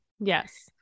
Yes